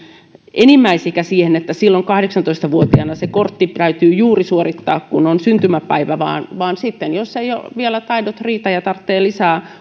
enimmäisikä että silloin kahdeksantoista vuotiaana kortti täytyy suorittaa juuri kun on syntymäpäivä vaan vaan jos eivät vielä taidot riitä ja tarvitsee lisää